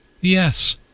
Yes